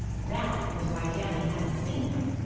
that is why danny hadn't seen him.